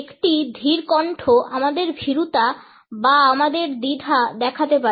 একটি ধীর কণ্ঠ আমাদের ভীরুতা বা আমাদের দ্বিধা দেখাতে পারে